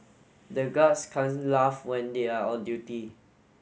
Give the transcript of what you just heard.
the guards can't laugh when they are on duty